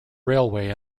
railway